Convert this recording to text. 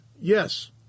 yes